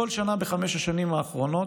אדוני היושב בראש, בכל שנה בחמש השנים האחרונות